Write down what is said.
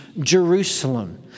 Jerusalem